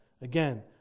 Again